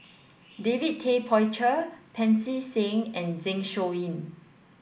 David Tay Poey Cher Pancy Seng and Zeng Shouyin